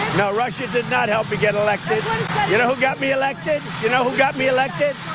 no, russia did not help me get elected. you know who got me elected? you know who got me elected?